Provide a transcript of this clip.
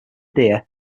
deer